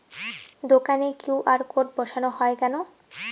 দোকানে QR code বসানো হয় কেন?